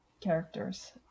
characters